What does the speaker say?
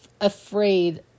afraid